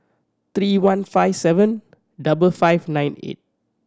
three one five seven double five nine eight